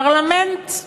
פרלמנט,